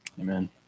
Amen